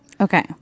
Okay